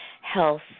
health